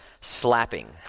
slapping